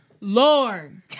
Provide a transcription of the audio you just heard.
Lord